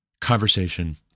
conversation